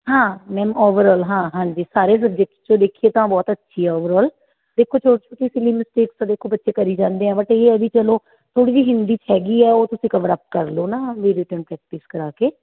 ਹਾਂ ma'am overall ਹਾਂ ਹਾਂਜੀ ਸਾਰੇ ਸਬਜੈਕਟਸ 'ਚੋਂ ਦੇਖੀਏ ਤਾਂ ਬਹੁਤ ਅੱਛੀ ਹੈ ਓਵਰਆਲ ਦੇਖੋ ਸਿਲੀ ਮਿਸਟੇਕਸ ਤਾਂ ਦੇਖੋ ਬੱਚੇ ਕਰੀ ਜਾਂਦੇ ਆ ਬਟ ਇਹ ਆ ਵੀ ਚਲੋ ਥੋੜ੍ਹੀ ਜਿਹੀ ਹਿੰਦੀ 'ਚ ਹੈਗੀ ਹੈ ਉਹ ਤੁਸੀਂ ਕਵਰ ਅਪ ਕਰ ਲਉ ਨਾ ਪ੍ਰੈਕਟਿਸ ਕਰਾ ਕੇ